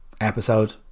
episode